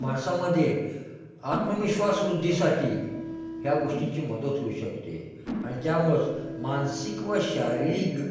माणसामध्ये आत्मविश्वास वृद्धीसाठी ह्या गोष्टींची मदत होऊ शकते आणि त्यामुळंच मानसिक व शारीरिक